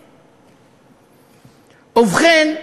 ובכן,